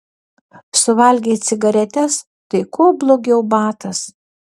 suvalgei cigaretes tai kuo blogiau batas